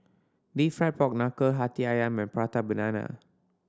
Deep Fried Pork Knuckle Hati Ayam and Prata Banana